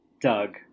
Doug